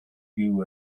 byw